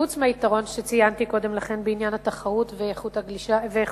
חוץ מהיתרון שציינתי קודם לכן בעניין התחרות ואיכות השירות,